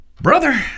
Brother